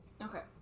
Okay